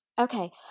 Okay